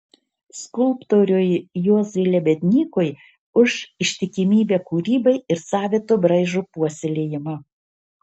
skulptoriui juozui lebednykui už ištikimybę kūrybai ir savito braižo puoselėjimą